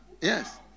Yes